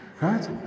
right